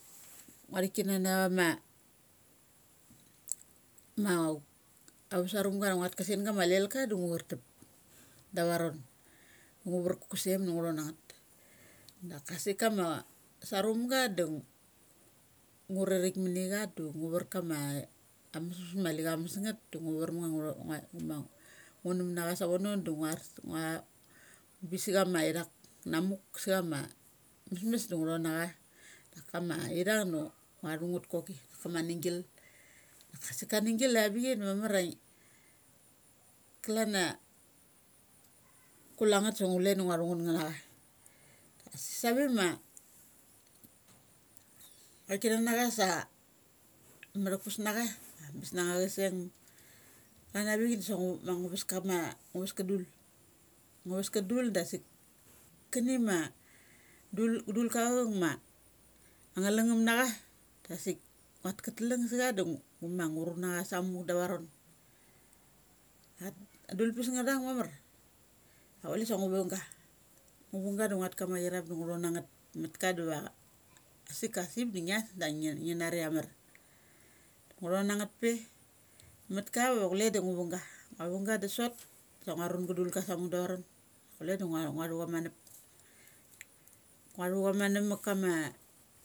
Ngua thik kanana vama ma ava surunga da nguat ka senga ma leika da ngu char tup ola varon. Ngu var ka kaseng da ngu thon angngeth. Daka sik kama sarumga dung ngo rarik mani chada ngu ver kama a mesmes ma mali cha mesngeth da ngua, varnseth ngutho, ngui, nguma, ngu num na chasa vonordo ngus. Ngua bisachama ithak bisa chama ithak na muk sa chama mesmes da ngu to na cha. Da kama ithung ma ngua thungeth koki ma ni gil. Da kasik a ning gil ava bi chai da mar a ngi klan a kule ngeth sa chule sa ngua sa ve ma ngua thik kanana chasa matak pes na cha chas ang a bes na cha chaseng. Kian ank sa ngu ma ngu ves ka dul. Ngu ves ka dul dasik kani ma dul. dul ka achaauk ma ang nga lungngum na cha dasik nguat katlung sa cha dasik ngu ma ngu run na cha sa muk dava ron. Ngarat a dul pes nga thung mamar sa chule sa ngu vung ga. Ngu vung ga da nguat kama ithung da ngu thonangeth mat ka dava dasik asip di nigas da ngi nani ia amar. Ngu thon na ngeth pe mat ka va chule du ngu vung ga da sot da ngua runga dul ka sa mule da avaron. Kule da ngua thu cha man up ngua thu cha man up makama.